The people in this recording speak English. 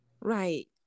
right